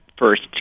first